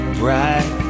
bright